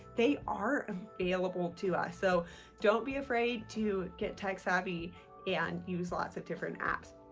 they are available to us so don't be afraid to get tech savvy and use lots of different apps.